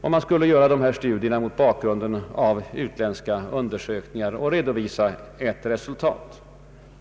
Dessa studier skulle man göra med stöd av utländska undersökningar.